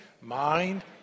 Mind